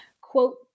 Quote